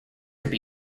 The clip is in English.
could